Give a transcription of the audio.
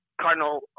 Cardinal